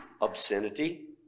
obscenity